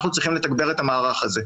אנחנו צריכים לתגבר את המערך הזה.